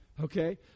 okay